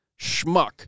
schmuck